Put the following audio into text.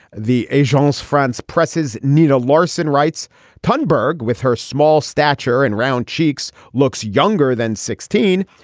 the asians france presses nina larsen, writes ton berg, with her small stature and round cheeks, looks younger than sixteen.